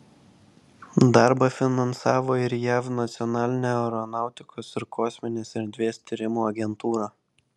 darbą finansavo ir jav nacionalinė aeronautikos ir kosminės erdvės tyrimų agentūra